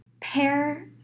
pair